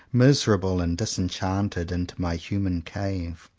miserable and disenchanted, into my human cave.